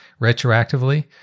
retroactively